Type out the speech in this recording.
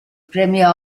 premio